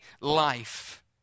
life